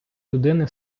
людини